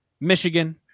Michigan